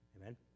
Amen